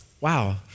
wow